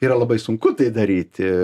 yra labai sunku tai daryti